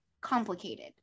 complicated